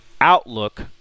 outlook